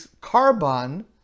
carbon